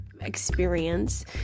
experience